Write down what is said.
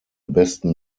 besten